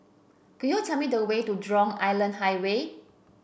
could you tell me the way to Jurong Island Highway